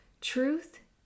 Truth